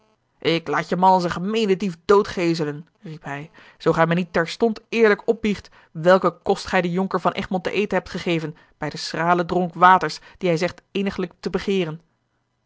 ik laat je man als een gemeenen dief doodgeeselen riep hij zoo gij mij niet terstond eerlijk opbiecht welken kost gij den jonker van egmond te eten hebt gegeven bij den schralen dronk waters dien hij zegt eeniglijk te